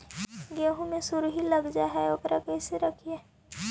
गेहू मे सुरही लग जाय है ओकरा कैसे रखबइ?